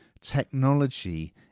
technology